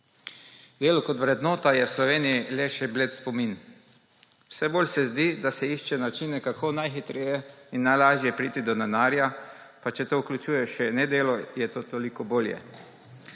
Delo kot vrednota je v Sloveniji le še bled spomin. Vse bolj se zdi, da se išče načine, kako najhitreje in najlažje priti do denarja. Pa če to vključuje še nedelo, je to toliko bolje.